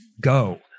go